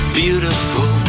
beautiful